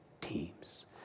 teams